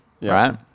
right